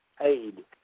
aid